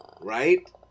Right